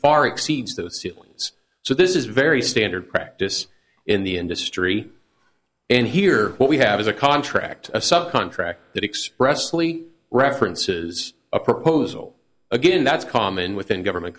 far exceeds those ceilings so this is very standard practice in the industry and here what we have is a contract a sub contract that expressly references a proposal again that's common within government